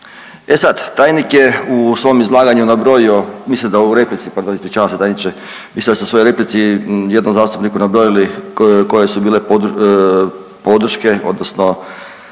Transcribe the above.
E sad tajnik je u svom izlaganju nabrojio, mislim da u replici, pardon ispričavam se tajniče, mislim da ste u svojoj replici jednom zastupniku nabrojili koje, koje su bile podrške odnosno